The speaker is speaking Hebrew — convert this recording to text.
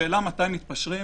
השאלה מתי מתפשרים,